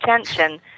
attention